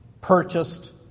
purchased